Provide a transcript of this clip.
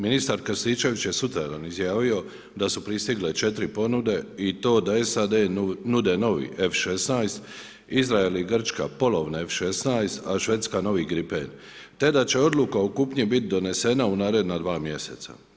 Ministar Krstičević je sutradan izjavio da su pristigle četiri ponude i to da SAD nude novi F16, Izrael i Grčka polovne F16, a Švedska novi Gripen te da će odluka o kupnji biti donesena u naredna dva mjeseca.